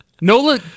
Nola